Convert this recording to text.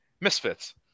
Misfits